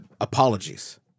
Apologies